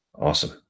Awesome